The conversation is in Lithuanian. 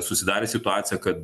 susidarė situacija kad